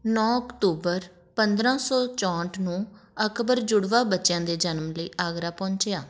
ਨੌ ਅਕਤੂਬਰ ਪੰਦਰਾਂ ਸੌ ਚੌਂਹਠ ਨੂੰ ਅਕਬਰ ਜੁੜਵਾਂ ਬੱਚਿਆਂ ਦੇ ਜਨਮ ਲਈ ਆਗਰਾ ਪਹੁੰਚਿਆ